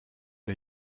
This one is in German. der